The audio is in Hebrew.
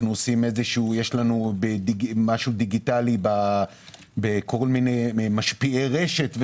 יש לנו משהו דיגיטלי בכל מיני משפיעי רשת.